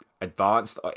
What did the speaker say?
advanced